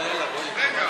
דבר מהר, רועי,